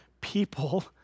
people